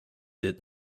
did